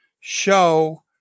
show